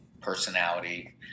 personality